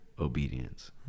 obedience